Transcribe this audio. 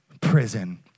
prison